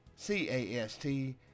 C-A-S-T